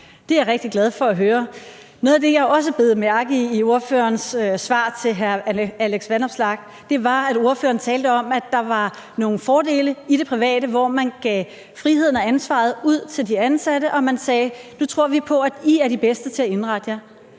Det er jeg rigtig glad for at høre. Noget af det, jeg også bed mærke i i ordførerens svar til hr. Alex Vanopslagh, var, at ordføreren talte om, at der var nogle fordele i det private erhvervsliv, hvor man gav friheden og ansvaret til de ansatte og sagde: Vi tror på, at I er de bedste til at indrette jer.